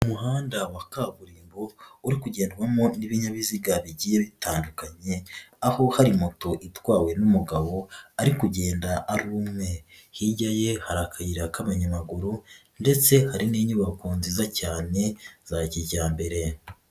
Umuhanda wa kaburimbo uri kugendwamo n'ibinyabiziga bigiye bitandukanye aho hari moto itwawe n'umugabo ari kugenda ari umwe, hirya ye hari akayira k'abanyamaguru ndetse hari n'inyubako nziza cyane za kijyambere.